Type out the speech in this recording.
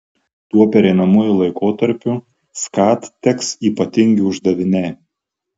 tuo pereinamuoju laikotarpiu skat teks ypatingi uždaviniai